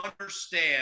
understand